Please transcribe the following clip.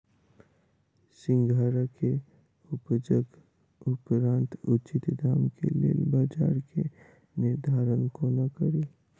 सिंघाड़ा केँ उपजक उपरांत उचित दाम केँ लेल बजार केँ निर्धारण कोना कड़ी?